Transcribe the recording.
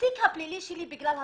התיק הפלילי שלי, בגלל הסולחות,